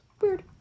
weird